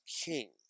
king